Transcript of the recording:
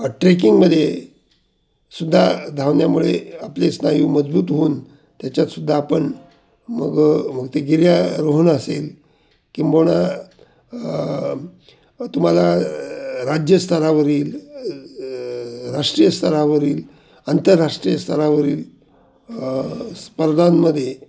ट्रेकिंगमध्ये सुद्धा धावण्यामुळे आपले स्नायू मजबूत होऊन त्याच्यात सुद्धा आपण मग मग ते गिर्यारोहण असेल किंबहुना तुम्हाला राज्यस्तरावरील राष्ट्रीय स्तरावरील आंतरराष्ट्रीय स्तरावरील स्पर्धांमध्ये